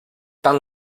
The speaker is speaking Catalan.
tant